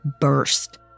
burst